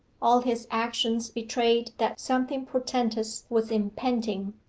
all his actions betrayed that something portentous was impending,